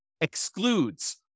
excludes